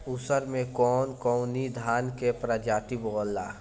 उसर मै कवन कवनि धान के प्रजाति बोआला?